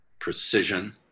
precision